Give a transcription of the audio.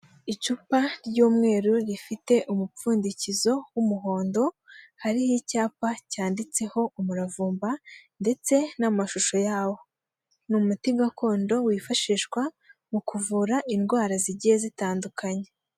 Icupa ry'umweru rifite umupfundikizo w'umuhondo, hariho icyapa cyanditseho umuravumba ndetse n'amashusho yawo, n’umuti gakondo wifashishwa mu kuvura indwara zigiye zitandukanye.